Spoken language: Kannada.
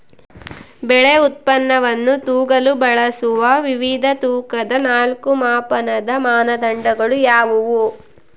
ಬೆಳೆ ಉತ್ಪನ್ನವನ್ನು ತೂಗಲು ಬಳಸುವ ವಿವಿಧ ತೂಕದ ನಾಲ್ಕು ಮಾಪನದ ಮಾನದಂಡಗಳು ಯಾವುವು?